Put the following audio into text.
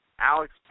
Alex